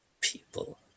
people